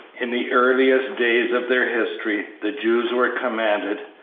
in the earliest days of their history the jews were commanded,